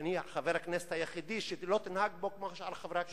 אני חבר הכנסת היחידי שלא תנהג בו כמו שאר חברי הכנסת.